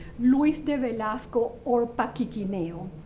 luis de velasco, or paquiquineo,